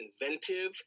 inventive